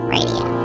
Radio